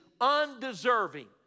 undeserving